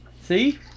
See